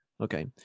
Okay